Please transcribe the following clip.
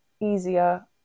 easier